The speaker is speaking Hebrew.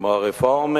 כמו הרפורמים